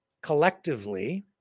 collectively